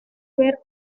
ver